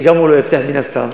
שגם הוא לא יצליח מן הסתם,